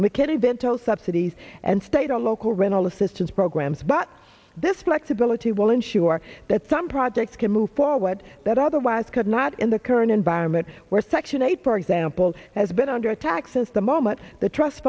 mckinney bento subsidies and state a local rental assistance programs but this flexibility will ensure that some projects can move forward that otherwise could not in the current environment where section eight for example has been under attack since the moment the trust